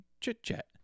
chit-chat